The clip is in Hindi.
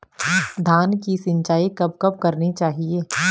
धान की सिंचाईं कब कब करनी चाहिये?